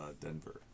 denver